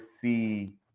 see